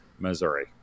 Missouri